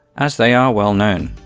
as they are well known.